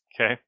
Okay